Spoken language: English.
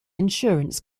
insurance